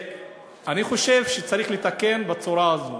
אני חושב שצריך לתקן בצורה הזאת